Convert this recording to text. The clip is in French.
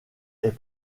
est